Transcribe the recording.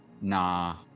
nah